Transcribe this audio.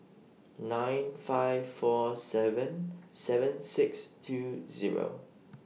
nine five four seven seven six two Zero